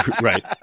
Right